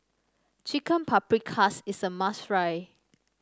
Chicken Paprikas is a must try